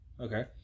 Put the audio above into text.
Okay